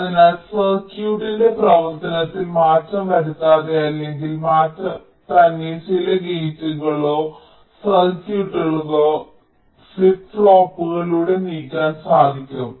അതിനാൽ സർക്യൂട്ടിന്റെ പ്രവർത്തനത്തിൽ മാറ്റം വരുത്താതെ അല്ലെങ്കിൽ മാറ്റം വരുത്താതെ തന്നെ ചില ഗേറ്റുകളോ സർക്യൂട്ടുകളോ ഫ്ലിപ്പ് ഫ്ലോപ്പുകളിലൂടെ നീക്കാൻ സാധിക്കും